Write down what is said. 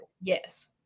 Yes